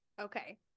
okay